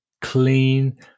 clean